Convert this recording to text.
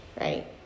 right